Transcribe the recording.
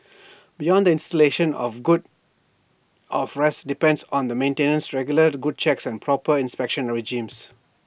beyond the installation of good of rest depends on the maintenance regular good checks and proper inspection regimes